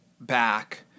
back